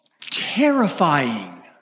Terrifying